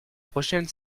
prochaine